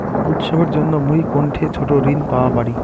উৎসবের জন্য মুই কোনঠে ছোট ঋণ পাওয়া পারি?